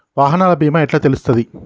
వాహనాల బీమా ఎట్ల తెలుస్తది?